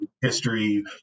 history